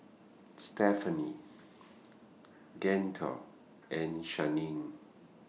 Stephani Gaither and Shianne